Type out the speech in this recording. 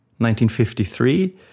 1953